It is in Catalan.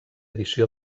edició